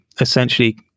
essentially